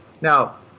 Now